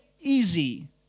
easy